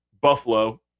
Buffalo